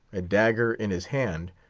a dagger in his hand,